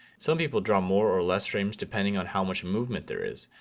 some people draw more or less streams depending on how much movement there is.